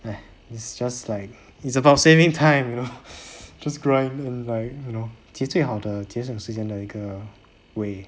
it's just like it's about saving time you know just grind and like you know 其是最好的节省时间是一个 way